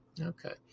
Okay